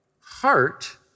heart